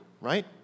right